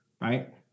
Right